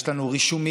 יש לנו רישומים,